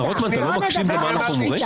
מה רוטמן, אתה לא מקשיב למה שאנחנו אומרים?